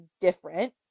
different